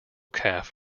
calf